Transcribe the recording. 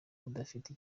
udafite